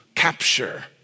Capture